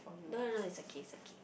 no no no it's okay it's okay